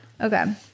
Okay